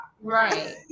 Right